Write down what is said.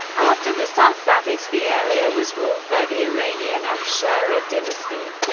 after the safavids, the area was ruled by the iranian afsharid dynasty.